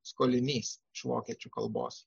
skolinys iš vokiečių kalbos